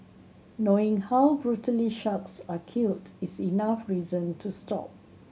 knowing how brutally sharks are killed is enough reason to stop